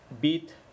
beat